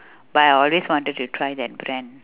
but I always wanted to try that brand